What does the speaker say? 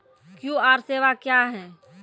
QR सेवा क्या हैं?